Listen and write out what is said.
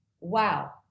wow